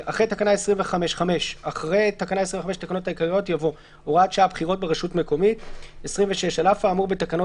אחרי תקנה 25 לתקנות העיקריות יבוא: "26.הוראת שעה,